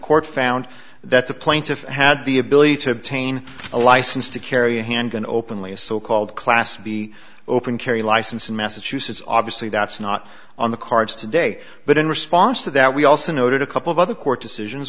court found that the plaintiff had the ability to obtain a license to carry a handgun openly a so called class b open carry license in massachusetts obviously that's not on the cards today but in response to that we also noted a couple of other court decision